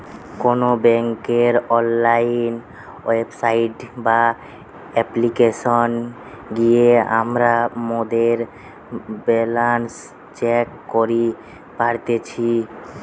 কোনো বেংকের online website বা অপ্লিকেশনে গিয়ে আমরা মোদের ব্যালান্স চেক করি পারতেছি